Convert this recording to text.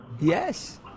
Yes